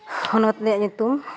ᱦᱚᱱᱚᱛ ᱨᱮᱭᱟᱜ ᱧᱩᱛᱩᱢ